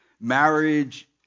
Marriage